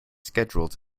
scheduled